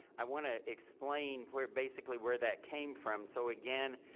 i wanna explain where, basically where that came from. so again,